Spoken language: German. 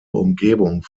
umgebung